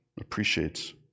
appreciates